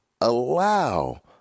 allow